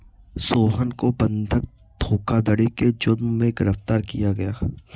सोहन को बंधक धोखाधड़ी के जुर्म में गिरफ्तार किया गया